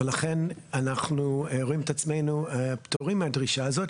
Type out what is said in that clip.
ולכן אנחנו רואים את עצמנו פטורים מהדרישה הזאת.